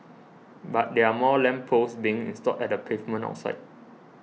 but there are more lamp posts being installed at the pavement outside